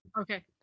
Okay